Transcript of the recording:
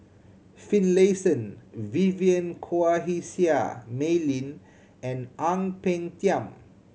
Finlayson Vivien Quahe Seah Mei Lin and Ang Peng Tiam